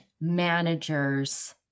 managers